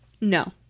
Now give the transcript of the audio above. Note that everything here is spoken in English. No